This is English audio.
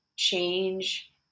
Change